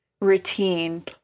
routine